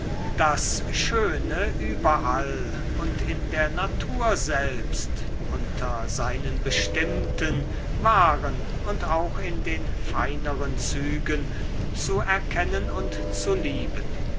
das schöne überall und in der natur selbst unter seinen bestimmten wahren und auch in den feineren zügen zu erkennen und zu lieben